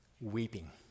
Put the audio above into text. weeping